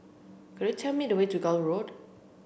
could you tell me the way to Gul Road